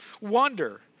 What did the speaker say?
wonder